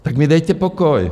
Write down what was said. Tak mi dejte pokoj!